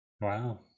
Wow